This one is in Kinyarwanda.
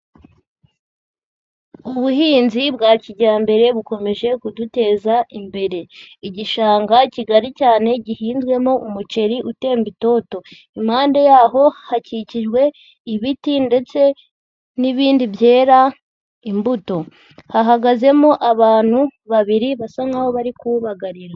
Ubuhinzi bwa kijyambere bukomeje kuduteza imbere, igishanga kigari cyane gihinzwemo umuceri utemba itoto, impande yaho hakikijwe ibiti ndetse n'ibindi byera imbuto, hahagazemo abantu babiri basa nk'aho bari kuwubagarira.